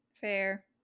Fair